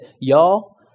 y'all